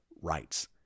rights